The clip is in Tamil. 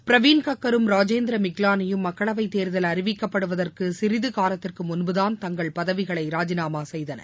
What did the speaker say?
பிரவீன் கக்கரும் ராஜேந்திர மிக்லாளியும் மக்களவை தேர்தல் அறிவிக்கப்படுவதற்கு சிறிது காலத்திற்கு முன்புதான் தங்கள் பதவிகளை ராஜினாமா செய்தனர்